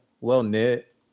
well-knit